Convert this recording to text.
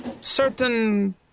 Certain